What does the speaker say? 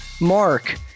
Mark